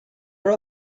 were